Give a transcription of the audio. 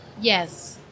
yes